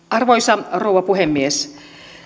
arvoisa rouva puhemies